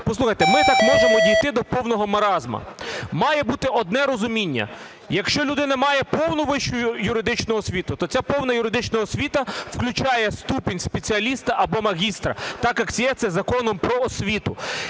Послухайте, ми так можемо дійти до повного маразму. Має бути одне розуміння. Якщо людина має повну вищу юридичну освіту, то ця повна юридична освіта включає ступінь спеціаліста або магістра, так, як є це за Законом "Про вищу